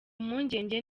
impungenge